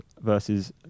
versus